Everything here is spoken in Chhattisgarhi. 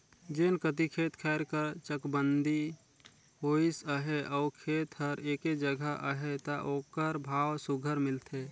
जेन कती खेत खाएर कर चकबंदी होइस अहे अउ खेत हर एके जगहा अहे ता ओकर भाव सुग्घर मिलथे